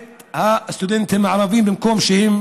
את הסטודנטים הערבים, במקום שהם